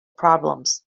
problems